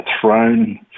thrown